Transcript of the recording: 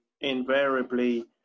invariably